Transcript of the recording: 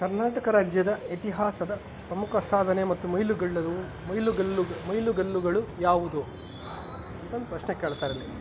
ಕರ್ನಾಟಕ ರಾಜ್ಯದ ಇತಿಹಾಸದ ಪ್ರಮುಖ ಸಾಧನೆ ಮತ್ತು ಮೈಲುಗಳ್ಳರು ಮೈಲುಗಲ್ಲುಗ ಮೈಲುಗಲ್ಲುಗಳು ಯಾವುದು ಅಂತಂದು ಪ್ರಶ್ನೆ ಕೇಳ್ತಾರಲ್ಲಿ